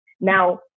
Now